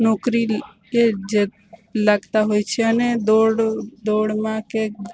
નોકરી કે જેક લાગતા હોય છે અને દોડ દોડમાં કે